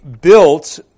built